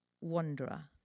wanderer